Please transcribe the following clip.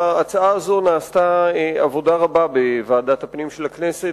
בהצעה הזו נעשתה עבודה רבה בוועדת הפנים של הכנסת.